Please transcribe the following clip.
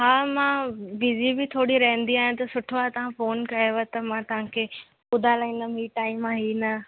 हा मां बिजी बि थोरी रहंदी आहियां त सुठो आहे तव्हां फ़ोन कयव त मां तव्हांखे ॿुधाराईंदमि हीअ टाइम आहे हअ न